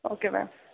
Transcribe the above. okay ma'am